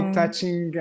touching